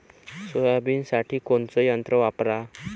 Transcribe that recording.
सोयाबीनसाठी कोनचं यंत्र वापरा?